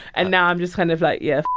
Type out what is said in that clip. and now i'm just kind of like, yeah,